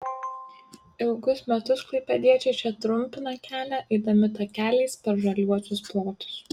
ilgus metus klaipėdiečiai čia trumpina kelią eidami takeliais per žaliuosius plotus